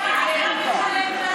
מה לכם ולמדינה הזאת?